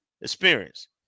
experience